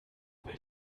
will